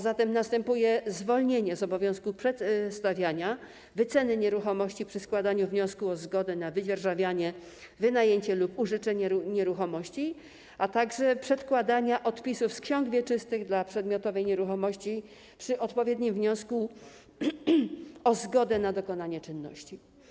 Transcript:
Zatem następuje zwolnienie z obowiązku przedstawiania wyceny nieruchomości przy składaniu wniosku o zgodę na wydzierżawienie, wynajęcie lub użyczenie nieruchomości, a także przedkładania odpisów z ksiąg wieczystych dla przedmiotowej nieruchomości przy odpowiednim wniosku o zgodę na dokonanie czynności.